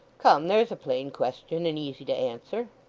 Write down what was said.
come. there's a plain question and easy to answer